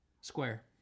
Square